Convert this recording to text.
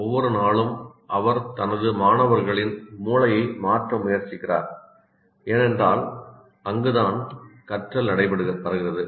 ஒவ்வொரு நாளும் அவர் தனது மாணவர்களின் மூளையை மாற்ற முயற்சிக்கிறார் ஏனென்றால் அங்கு தான் கற்றல் நடைபெறுகிறது